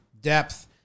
depth